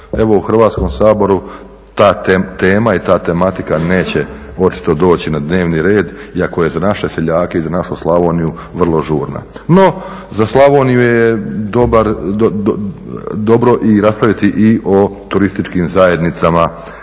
evo u Hrvatskom saboru ta tema i ta tematika neće očito doći na dnevni red iako je za naše seljake i za našu Slavoniju vrlo žurna. No, za Slavoniju je dobro raspraviti i o turističkim zajednicama kojih